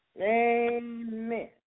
Amen